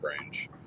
range